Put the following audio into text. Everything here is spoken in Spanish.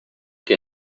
que